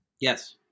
Yes